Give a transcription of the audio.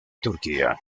turquía